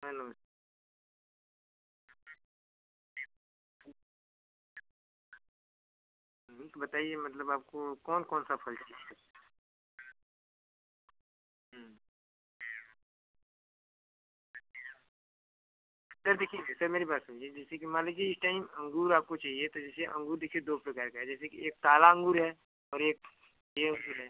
hello तो बताइए मतलब आपको कौन कौन सा फल चाहिए सर देखिए सर मेरी बात सुनिए जैसे कि मान लीजिए इस टाइम अँगूर आपको चाहिए तो जैसे अँगूर देखिए दो प्रकार का है जैसे कि एक काला अँगूर है और एक ये अँगूर है